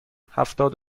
هفتاد